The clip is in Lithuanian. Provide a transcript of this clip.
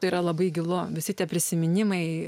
tai yra labai gilu visi tie prisiminimai